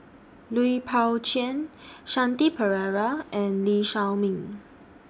Lui Pao Chuen Shanti Pereira and Lee Shao Meng